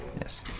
Yes